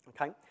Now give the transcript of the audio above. Okay